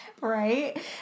Right